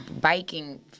biking